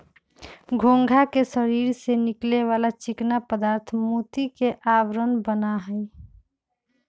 घोंघा के शरीर से निकले वाला चिकना पदार्थ मोती के आवरण बना हई